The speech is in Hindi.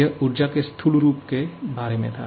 यह ऊर्जा के स्थूल रूप के बारे में था